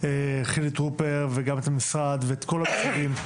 חילי טרופר, וגם את המשרד ואת כל הפקידים,